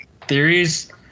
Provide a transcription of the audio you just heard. theories